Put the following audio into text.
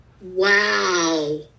Wow